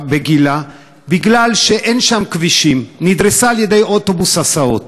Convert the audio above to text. כי אין שם כבישים, נדרסה על-ידי אוטובוס הסעות.